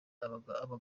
abagabo